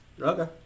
Okay